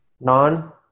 non